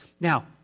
now